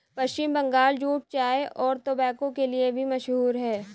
पश्चिम Bengal jute चाय और tobacco के लिए भी मशहूर है